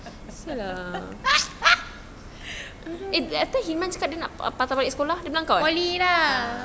poly lah